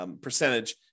percentage